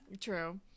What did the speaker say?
True